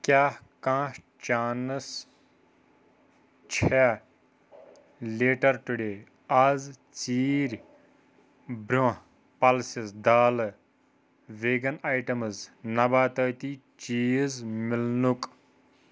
کیٛاہ کانٛہہ چانس چھےٚ لیٹر ٹُوڈیٚے اَز ژیٖرۍ برٛونٛہہ پَلسٕز دالہٕ ویٚگَن آیٹَمٕز نَباتٲتی چیٖز میلنُک